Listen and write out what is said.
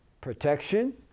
protection